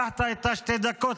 התווכחת שתי דקות,